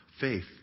Faith